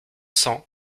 cent